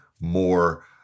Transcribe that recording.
more